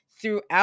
throughout